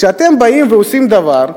כשאתם באים ועושים דבר,